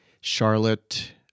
Charlotte